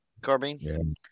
Carbine